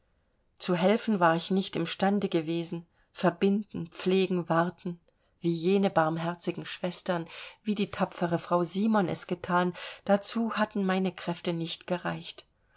zu helfen war ich nicht im stande gewesen verbinden pflegen warten wie jene barmherzigen schwestern wie die tapfere frau simon es gethan dazu hatten meine kräfte nicht gereicht